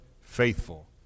faithful